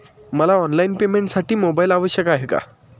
मला ऑनलाईन पेमेंटसाठी मोबाईल आवश्यक आहे का?